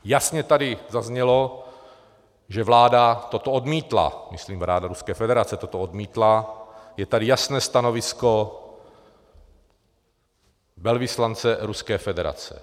Jasně tady zaznělo, že vláda toto odmítla, myslím vláda Ruské federace toto odmítla, je tady jasné stanovisko velvyslance Ruské federace.